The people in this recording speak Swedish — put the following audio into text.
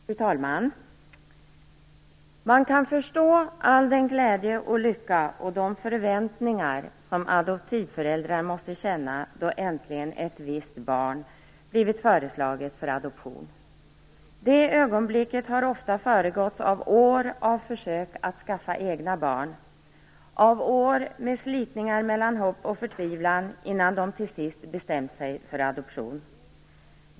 Fru talman! Man kan förstå all den glädje och lycka och de förväntningar som adoptivföräldrar måste känna då äntligen ett visst barn har blivit föreslagit för adoption. Det ögonblicket har ofta föregåtts av år av försök att skaffa egna barn, av år med slitningar mellan hopp och förtvivlan innan de till sist bestämt sig för adoption.